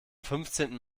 fünfzehnten